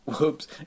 Whoops